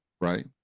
Right